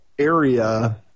area